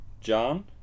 John